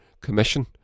commission